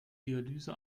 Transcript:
dialyse